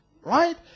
right